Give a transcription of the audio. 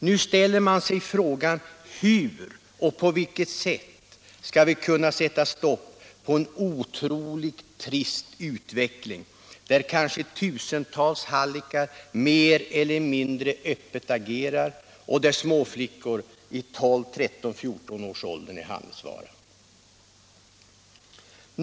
Nu ställer man sig frågan: På vilket sätt skall vi kunna sätta stopp för en otroligt trist utveckling där kanske tusentals hallickar mer eller mindre öppet agerar och där småflickor i 12-, 13-, 14-årsåldern är handelsvara?